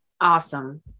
awesome